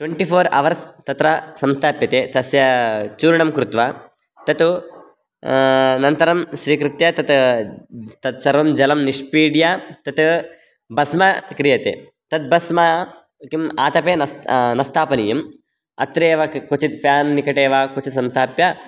twenty four hours तत्र संस्थाप्यते तस्य चूर्णं कृत्वा तत् अनन्तरं स्वीकृत्य तत् तत् सर्वं जलं निष्पीड्य तत् भस्मं क्रियते तत् भस्मं किम् आतपे न न स्थापनीयम् अत्रैव क् क्वचित् फ़्यान् निकटे वा क्वचित् संस्थाप्य